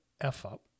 F-Up